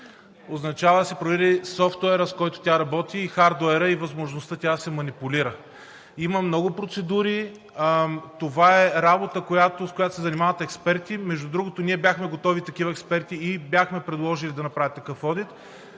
означава да се провери софтуера, с който тя работи, и хардуера и възможността тя да се манипулира. Има много процедури. Това е работа, с която се занимават експерти. Между другото, ние бяхме готови с такива експерти и бяхме предложили да направят такъв одит.